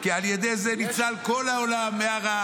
כי על ידי זה ניצל כל העולם מהרעב,